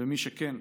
במי שכן.